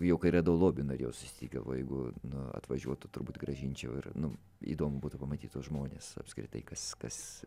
jau kai radau lobį norėjau susitikt galvoju jeigu nu atvažiuotų turbūt grąžinčiau ir nu įdomu būtų pamatyt tuos žmones apskritai kas kas